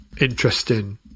interesting